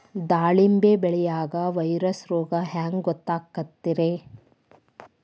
ದಾಳಿಂಬಿ ಬೆಳಿಯಾಗ ವೈರಸ್ ರೋಗ ಹ್ಯಾಂಗ ಗೊತ್ತಾಕ್ಕತ್ರೇ?